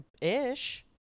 Ish